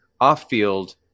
off-field